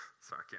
Sorry